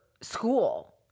school